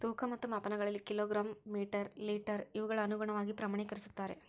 ತೂಕ ಮತ್ತು ಮಾಪನಗಳಲ್ಲಿ ಕಿಲೋ ಗ್ರಾಮ್ ಮೇಟರ್ ಲೇಟರ್ ಇವುಗಳ ಅನುಗುಣವಾಗಿ ಪ್ರಮಾಣಕರಿಸುತ್ತಾರೆ